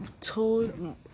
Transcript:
told